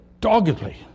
doggedly